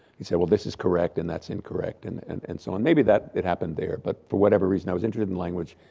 he'd say well this is correct and that's incorrect and and and so on. maybe it happened there, but for whatever reason, i was interested in language,